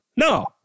No